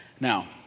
Now